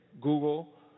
Google